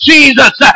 Jesus